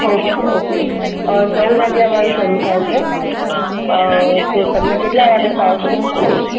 okay okay નવ વાગ્યે અમારૂં શરૂ થાય છે તો તમને કેટલા વાગ્યે ફાવશે